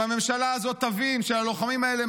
אם הממשלה הזאת תבין שללוחמים האלה